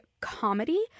comedy